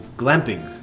glamping